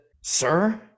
sir